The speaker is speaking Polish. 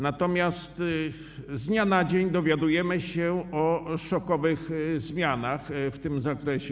Natomiast z dnia na dzień dowiadujemy się o szokowych zmianach w tym zakresie.